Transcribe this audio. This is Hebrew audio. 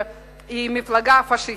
מפלגה פאשיסטית.